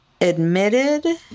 admitted